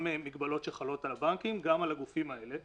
מגבלות שחלות על הבנקים גם על הגופים האלה.